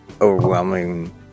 overwhelming